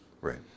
right